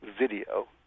video